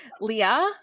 Leah